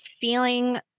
feeling